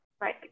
right